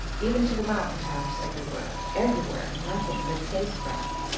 even to the mountain-tops-everywhere, everywhere, nothing but sagebrush.